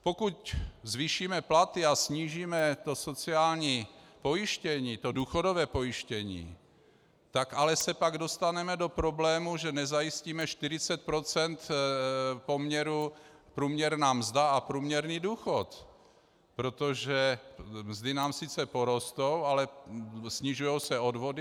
Pokud zvýšíme platy a snížíme sociální pojištění, to důchodové pojištění, tak se ale pak dostaneme do problému, že nezajistíme 40 % poměru průměrná mzda a průměrný důchod, protože mzdy nám sice porostou, ale snižují se odvody.